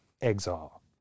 exile